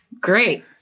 Great